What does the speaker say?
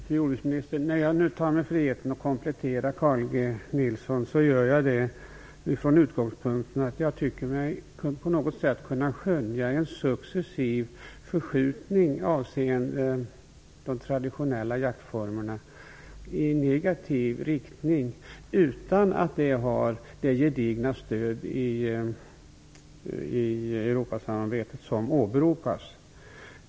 Herr talman! När jag nu tar mig friheten att komplettera Carl G Nilsson gör jag det med den utgångspunkten att jag på något sätt tycker mig kunna skönja en successiv förskjutning av de traditionella jaktformerna i negativ riktning utan att det har det gedigna stöd som ändå åberopas.